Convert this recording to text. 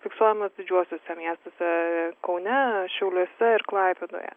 fiksuojamos didžiuosiuose miestuose kaune šiauliuose ir klaipėdoje